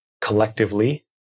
collectively